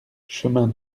chemin